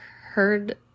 heard